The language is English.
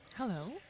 Hello